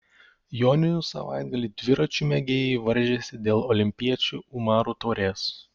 joninių savaitgalį dviračių mėgėjai varžėsi dėl olimpiečių umarų taurės